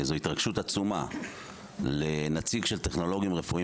זאת התרגשות עצומה לנציג של טכנולוגים רפואיים